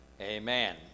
amen